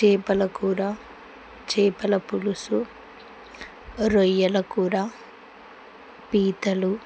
చేపల కూర చేపల పులుసు రొయ్యల కూర పీతలు